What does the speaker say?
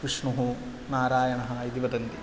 विष्णुः नारायणः इति वदन्ति